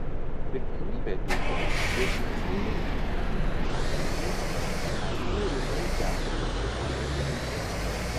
pirmenybę teikiame viešiems renginiams pavyzdžiui esame vilniaus džiazo festivalio rėmėjai